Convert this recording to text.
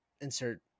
insert